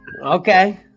okay